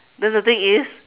then the thing is